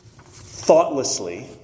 thoughtlessly